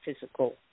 physical